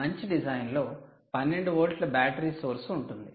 మంచి డిజైన్లో 12 వోల్ట్ల బ్యాటరీ సోర్స్ ఉంటుంది